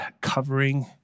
covering